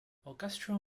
orchestral